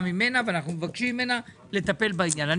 ממנה ואנחנו מבקשים ממנה לטפל בעניין.